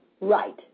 Right